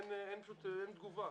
אין תגובה.